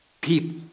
people